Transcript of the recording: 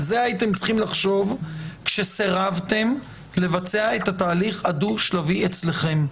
על זה הייתם צריכים לחשוב כשסירבתם לבצע את התהליך הדו-שלבים אצלכם.